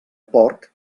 porc